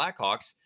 Blackhawks